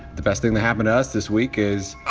the best thing that happened to us this week is.